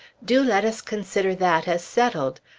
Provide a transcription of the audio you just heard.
do let us consider that as settled.